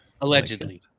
Allegedly